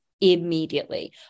immediately